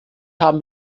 haben